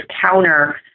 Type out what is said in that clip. counter